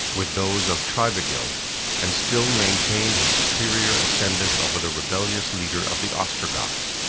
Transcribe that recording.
with those of tribigild and still maintained his superior ascendant over the rebellious leader of the ostrogoths.